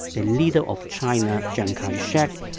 the leader of china, chiang kai-shek,